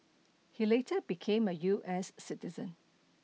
he later became a U S citizen